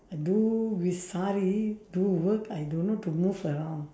I do with sari do work I don't know to move around